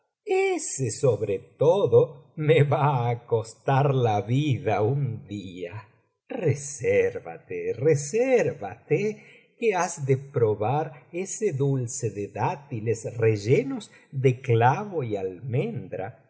ese sobre todo me va á costar la vida un día resérvate resérvate que has de probar ese dulce de dátiles rellenos de clavo y almendra